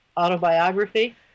autobiography